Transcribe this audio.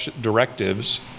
directives